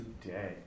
today